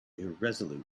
irresolute